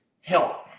help